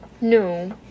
no